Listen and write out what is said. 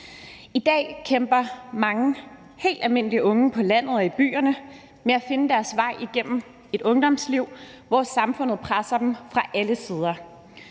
I dag kæmper mange helt almindelige unge på landet og i byerne med at finde deres vej igennem et ungdomsliv, hvor samfundet presser dem fra alle sider.